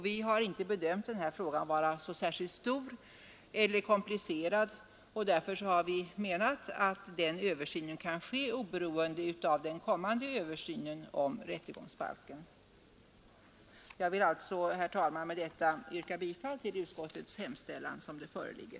Vi har inte bedömt den här frågan som så särskilt stor eller komplicerad, och därför har vi menat att översynen i detta hänseende kan ske oberoende av den kommande översynen av rättegångsbalken. Jag vill med detta, herr talman, yrka bifall till utskottets hemställan som den föreligger.